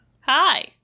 Hi